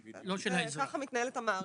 ככה מתנהלת המערכת.